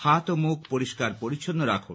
হাত ও মুখ পরিষ্কার পরিচ্ছন্ন রাখুন